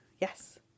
Yes